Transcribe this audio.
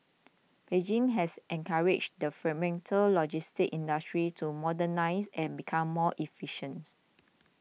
Beijing has encouraged the fragmented logistics industry to modernise and become more efficient